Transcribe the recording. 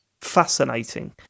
Fascinating